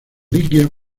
reliquias